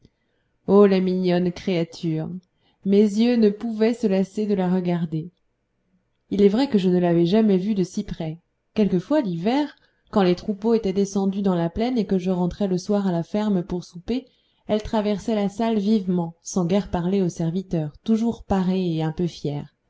ô la mignonne créature mes yeux ne pouvaient se lasser de la regarder il est vrai que je ne l'avais jamais vue de si près quelquefois l'hiver quand les troupeaux étaient descendus dans la plaine et que je rentrais le soir à la ferme pour souper elle traversait la salle vivement sans guère parler aux serviteurs toujours parée et un peu fière